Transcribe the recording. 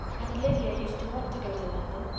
and lydia used to want to go to london,